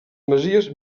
masies